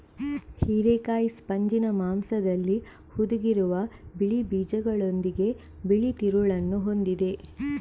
ಹಿರೇಕಾಯಿ ಸ್ಪಂಜಿನ ಮಾಂಸದಲ್ಲಿ ಹುದುಗಿರುವ ಬಿಳಿ ಬೀಜಗಳೊಂದಿಗೆ ಬಿಳಿ ತಿರುಳನ್ನ ಹೊಂದಿದೆ